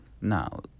Now